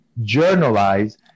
journalize